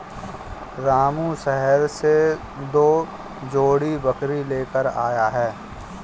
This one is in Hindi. रामू शहर से दो जोड़ी बकरी लेकर आया है